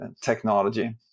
technology